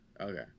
okay